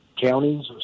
counties